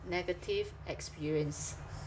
negative experience